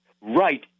right